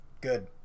Good